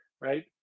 right